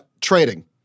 trading